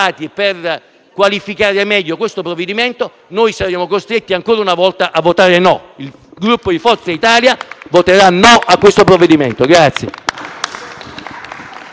qualificare meglio questo provvedimento, noi saremo costretti ancora una volta a votare no. Il Gruppo Forza Italia voterà contro questo provvedimento.